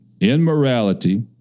immorality